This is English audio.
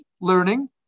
learning